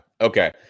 Okay